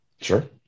Sure